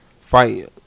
fight